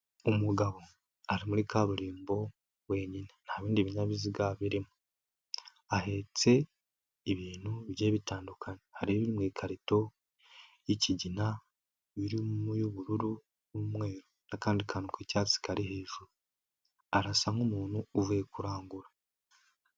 Umugabo ari muri kaburimbo wenyine nta bindi binyabiziga birimo, ahetse ibintu bigiye bitandukanye. Hari ibiri mu ikarito y'ikigina, ibiri mu y'ubururu n'umweru n'akandi kantu k'icyatsi kari hejuru arasa nk'umuntu uvuye kurangura.